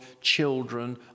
children